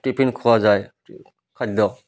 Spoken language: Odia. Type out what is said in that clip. ଟିଫିନ୍ ଖୁଆଯାଏ ଖାଦ୍ୟ